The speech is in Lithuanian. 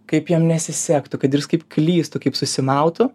kaip jam nesisektų kad jis ir kaip klystų kaip susimautų